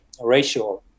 ratio